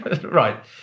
Right